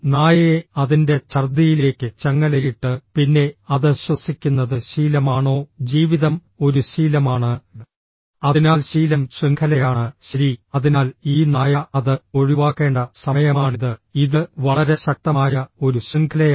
നായയെ അതിന്റെ ഛർദ്ദിയിലേക്ക് ചങ്ങലയിട്ട് പിന്നെ അത് ശ്വസിക്കുന്നത് ശീലമാണോ ജീവിതം ഒരു ശീലമാണ് അതിനാൽ ശീലം ശൃംഖലയാണ് ശരി അതിനാൽ ഈ നായ അത് ഒഴിവാക്കേണ്ട സമയമാണിത് ഇത് വളരെ ശക്തമായ ഒരു ശൃംഖലയാണ്